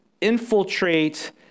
infiltrate